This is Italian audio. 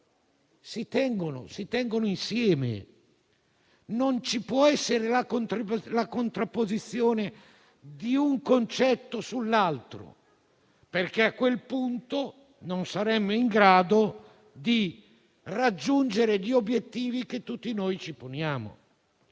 si tengono insieme; non può esserci la contrapposizione di un concetto sull'altro, perché a quel punto non saremmo in grado di raggiungere gli obiettivi che tutti noi ci poniamo.